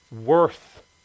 worth